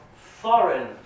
foreign